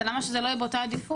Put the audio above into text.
למה שזה לא יהיה באותה עדיפות?